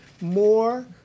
more